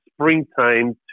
springtime